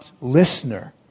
listener